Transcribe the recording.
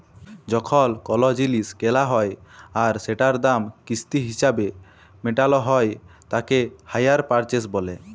যখল কল জিলিস কেলা হ্যয় আর সেটার দাম কিস্তি হিছাবে মেটাল হ্য়য় তাকে হাইয়ার পারচেস ব্যলে